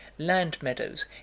Land-meadows